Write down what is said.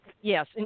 yes